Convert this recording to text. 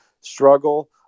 struggle